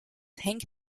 hängt